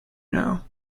know